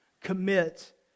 commit